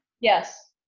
Yes